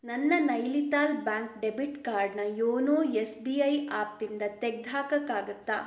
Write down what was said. ನನ್ನ Nainital bank debit ಕಾರ್ಡ್ನ YONO S B I ಆ್ಯಪಿಂದ ತೆಗ್ದು ಹಾಕಕ್ಕಾಗತ್ತಾ